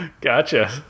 gotcha